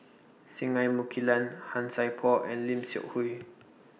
Singai Mukilan Han Sai Por and Lim Seok Hui